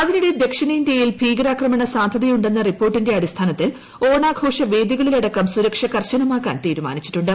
അതിനിടെ ദക്ഷിണേന്ത്യയിൽ ഭീകരാക്രമണ സാധ്യതയുണ്ടെന്ന റിപ്പോർട്ടിന്റെ അടിസ്ഥാനത്തിൽ ഓണാഘോഷ വേദികളിലടക്കം സുരക്ഷ കർശനമാക്കാൻ തീരുമാനിച്ചിട്ടുണ്ട്